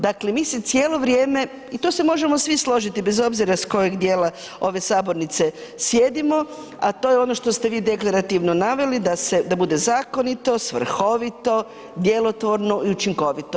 Dakle, mi se cijelo vrijeme i to se možemo svi složiti bez obzira iz kojeg dijela ove Sabornice sjedimo, a to je ono što ste vi deklarativno naveli da bude zakonito, svrhovito, djelotvorno i učinkovito.